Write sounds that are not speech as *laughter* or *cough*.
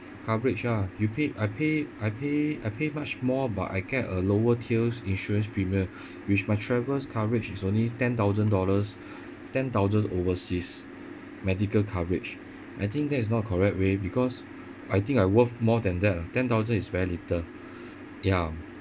coverage ah you paid I pay I pay I pay much more but I get a lower tier's insurance premium *breath* which my travels coverage is only ten thousand dollars *breath* ten thousand overseas medical coverage I think that is not correct way because I think I worth more than that ah ten thousand is very little *breath* ya